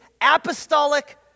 apostolic